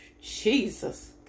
Jesus